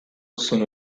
sono